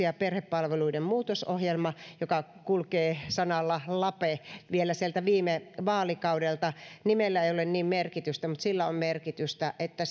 ja perhepalveluiden muutosohjelma joka kulkee sanalla lape vielä sieltä viime vaalikaudelta nimellä ei ole niin merkitystä mutta sillä on merkitystä että